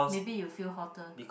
maybe you feel hotter